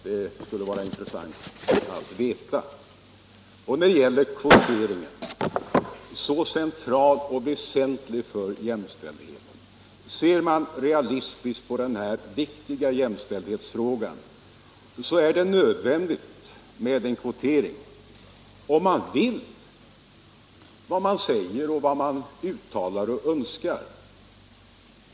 Det skulle vara intressant att veta. Det gäller även kvoteringen — så central och väsentlig för jämställdheten. Ser man realistiskt på denna viktiga jämställdhetsfråga är det nödvändigt med en kvotering, om man vill det man säger, uttalar och önskar.